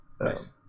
nice